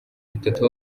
bitatu